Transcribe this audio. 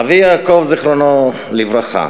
אבי יעקב, זיכרונו לברכה,